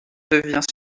devient